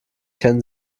kennen